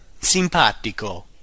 Simpatico